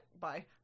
bye